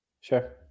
Sure